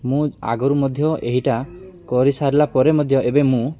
ମୁଁ ଆଗରୁ ମଧ୍ୟ ଏହିଟା କରିସାରିଲା ପରେ ମଧ୍ୟ ଏବେ ମୁଁ